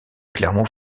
clermont